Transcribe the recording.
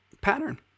pattern